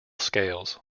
scales